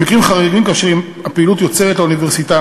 במקרים חריגים, כאשר הפעילות יוצרת לאוניברסיטה